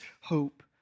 hope